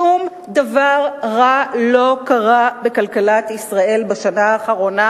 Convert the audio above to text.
שום דבר רע לא קרה בכלכלת ישראל בשנה האחרונה,